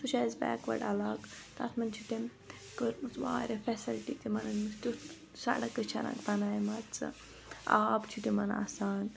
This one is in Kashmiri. سُہ چھُ اَسہِ بیکوٲڑ علاقہٕ تَتھ منٛز چھِ تٔمۍ کٔرمٕژ واریاہ فیسَلٹی تِمن تِیُٛتھ سَڑکہٕ چھنَک بنایمَژٕ آب چھُ تِمَن آسان